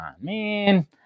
man